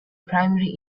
primary